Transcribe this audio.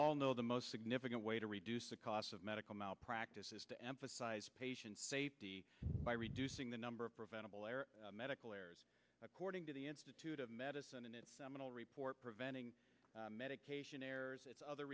all know the most significant way to reduce the cost of medical malpractise is to emphasize patient safety by reducing the number of preventable error medical errors according to the institute of medicine and its seminal report preventing medication errors if other